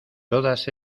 todas